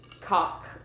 cock